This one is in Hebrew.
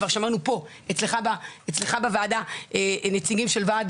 כבר שמענו פה אצלך בוועדה נציגים של ועד